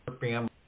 family